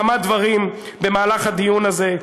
כמה דברים במהלך הדיון הזה.